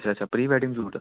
अच्छा pre wedding shoot